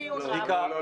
לא, לא.